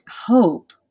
hope